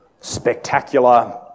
spectacular